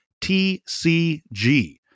TCG